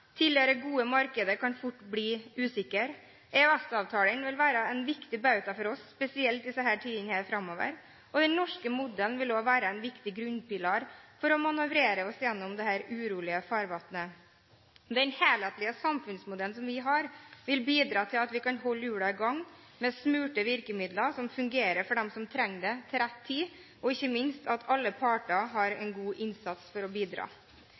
Tidligere gode markeder kan fort bli usikre. EØS-avtalen vil være en viktig bauta for oss, spesielt i tiden framover. Og den norske modellen vil også være en viktig grunnpilar for å manøvrere oss gjennom dette urolige farvannet. Den helhetlige samfunnsmodellen vi har, vil bidra til at vi kan holde hjulene i gang med smurte virkemidler, som fungerer for dem som trenger det til rett tid, og ikke minst at alle parter gjør en god innsats for å bidra.